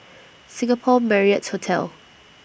Singapore Marriott Hotel